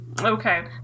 Okay